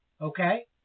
Okay